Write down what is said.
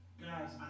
guys